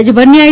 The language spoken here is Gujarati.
રાજ્યભરની આઇ